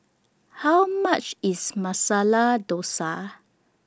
How much IS Masala Dosa